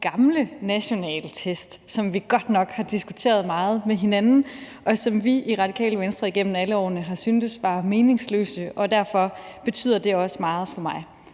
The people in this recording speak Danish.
gamle nationale test, som vi godt nok har diskuteret meget med hinanden, og som vi i Radikale Venstre igennem alle årene har syntes var meningsløse, og derfor betyder det også meget for mig.